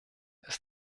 ist